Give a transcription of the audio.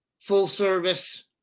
full-service